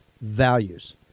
values